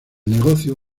negocio